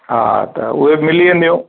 हा त उहे मिली वेंदियूं